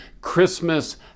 Christmas